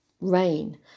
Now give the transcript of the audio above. rain